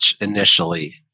initially